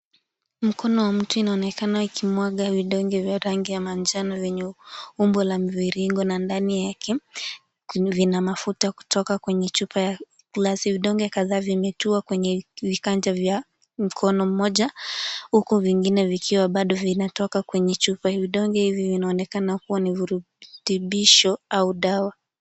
Mkono wa mtu unaonekana ukimwaga vidonge vya rangi ya njano vyenye umbo la mviringo na ndani yake vina mafuta kutoka kwenye chupa ya glasi. Vidonge kadhaa vimetiwa kwenye viganja vya mkono mmoja huku vingine vikiwa bado vinatoka kwenye chupa. Vidonge hivi vinaoenakana kuwa ni virutubisho au dawa.